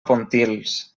pontils